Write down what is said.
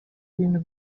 ibintu